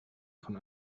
von